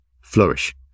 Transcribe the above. flourish